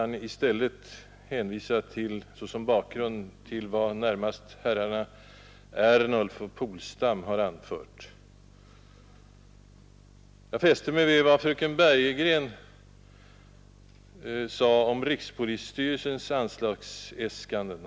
I stället kan jag såsom bakgrund närmast hänvisa till vad herrar Ernulf och Polstam har anfört. Jag fäste mig vid vad fröken Bergegren sade om rikspolisstyrelsens anslagsäskanden.